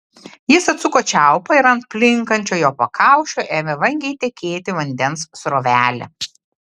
jis atsuko čiaupą ir ant plinkančio jo pakaušio ėmė vangiai tekėti vandens srovelė